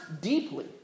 deeply